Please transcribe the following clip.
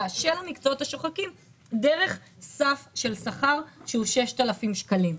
של המקצועות השוחקים דרך סף של שכר שהוא 6,000 שקלים.